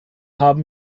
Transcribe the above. haben